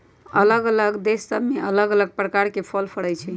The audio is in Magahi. अल्लग अल्लग देश सभ में अल्लग अल्लग प्रकार के फल फरइ छइ